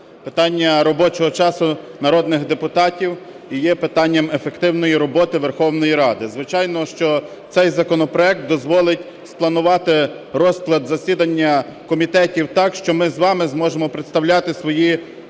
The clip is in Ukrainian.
Питання робочого часу народних депутатів і є питанням ефективної роботи Верховної Ради. Звичайно, що цей законопроект дозволить спланувати розклад засідання комітетів так, що ми з вами зможемо представляти свої